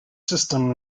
system